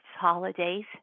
holidays